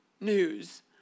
news